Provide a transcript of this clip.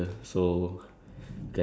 so ya we make like